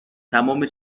تمام